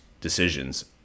decisions